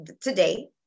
today